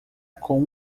com